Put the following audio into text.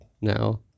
now